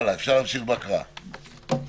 תודה